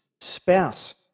spouse